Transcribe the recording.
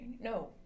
No